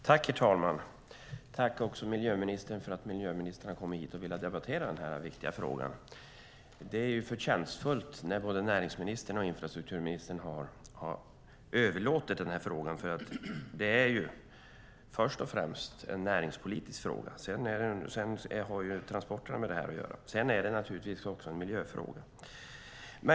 Herr talman! Jag tackar miljöministern för att hon har velat komma hit och debattera denna viktiga fråga. Det är förtjänstfullt när både näringsministern och infrastrukturministern har överlåtit den, för det är först och främst en näringspolitisk fråga. Sedan har transporterna med detta att göra, och sedan är det naturligtvis också en miljöfråga.